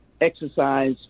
exercise